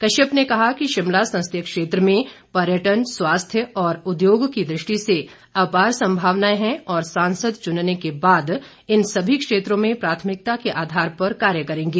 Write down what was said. कश्यप ने कहा कि शिमला संसदीय क्षेत्र में पर्यटन स्वास्थ्य और उद्योग की दृष्टि से अपार संभावनाएं है और सांसद चुनने के बाद इन सभी क्षेत्रों में प्राथमिकता के आधार पर कार्य करेंगे